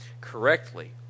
correctly